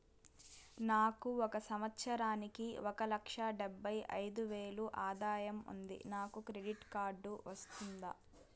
నాకు ఒక సంవత్సరానికి ఒక లక్ష డెబ్బై అయిదు వేలు ఆదాయం ఉంది నాకు క్రెడిట్ కార్డు వస్తుందా?